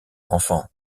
enfant